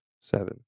seven